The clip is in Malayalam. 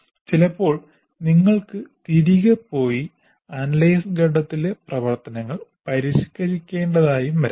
ചിലപ്പോൾ നിങ്ങൾക്ക് തിരികെ പോയി അനലൈസ് ഘട്ടത്തിലെ പ്രവർത്തനങ്ങൾ പരിഷ്കരിക്കേണ്ടതായി വരാം